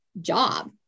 job